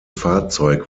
fahrzeug